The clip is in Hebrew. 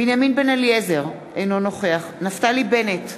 בנימין בן-אליעזר, אינו נוכח נפתלי בנט,